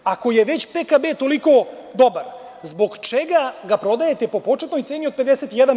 Ako je već PKB toliko dobar, zbog čega ga prodajete po početnoj ceni od 51%